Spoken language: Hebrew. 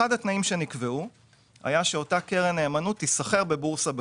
אחד התנאים שנקבעו היה שאותה קרן נאמנות תיסחר בבורסה בחו"ל.